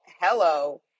hello